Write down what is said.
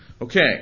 Okay